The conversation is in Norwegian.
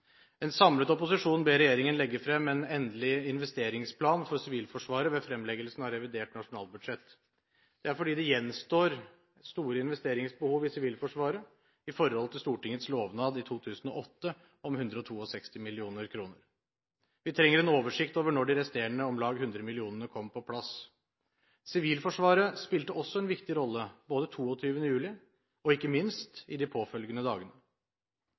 En samlet opposisjon ber regjeringen legge frem en endelig investeringsplan for Sivilforsvaret ved fremleggelsen av revidert nasjonalbudsjett. Det er fordi det gjenstår store investeringsbehov i Sivilforsvaret med tanke på Stortingets lovnad i 2008 om 162 mill. kr. Vi trenger en oversikt over når de resterende om lag 100 mill. kr kommer på plass. Sivilforsvaret spilte også en viktig rolle både den 22. juli og ikke minst i de påfølgende dagene.